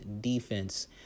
defense